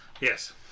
Yes